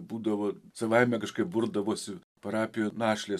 būdavo savaime kažkaip burdavosi parapijų našlės